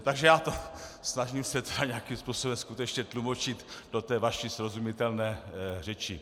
Takže já se to snažím nějakým způsobem skutečně tlumočit do té vaší srozumitelné řeči.